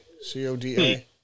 C-O-D-A